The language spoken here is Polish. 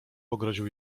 pogroził